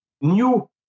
new